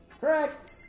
Correct